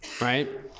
right